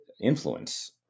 influence